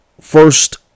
first